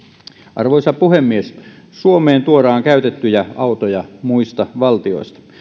arvoisa puhemies suomeen tuodaan käytettyjä autoja muista valtioista